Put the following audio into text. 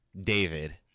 David